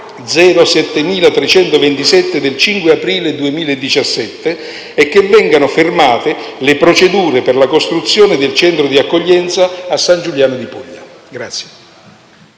del 5 aprile 2017 e che vengano fermate le procedure per la costruzione del centro di accoglienza a San Giuliano di Puglia.